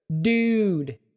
Dude